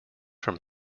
from